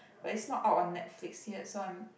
but it's not out on Netflix yet so I'm